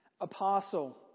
apostle